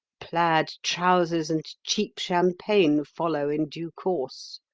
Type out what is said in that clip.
plaid trousers and cheap champagne follow in due course.